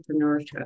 entrepreneurship